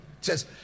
says